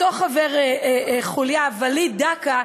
אותו חבר חוליה וליד דאקה,